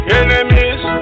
enemies